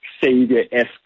Savior-esque